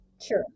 Sure